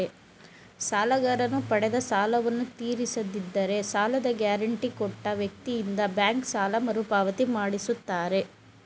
ಸಾಲಗಾರನು ಪಡೆದ ಸಾಲವನ್ನು ತೀರಿಸದಿದ್ದರೆ ಸಾಲದ ಗ್ಯಾರಂಟಿ ಕೊಟ್ಟ ವ್ಯಕ್ತಿಯಿಂದ ಬ್ಯಾಂಕ್ ಸಾಲ ಮರುಪಾವತಿ ಮಾಡಿಸುತ್ತಾರೆ